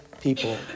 people